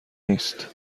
نیست